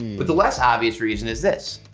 but the less obvious reason is this,